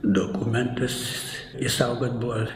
dokumentus išsaugot buvo